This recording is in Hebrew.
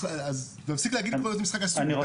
אז תפסיקו להגיד כל הזמן שזה משחק אסור.